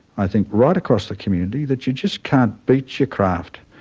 i think right across the community, that you just can't beach your craft,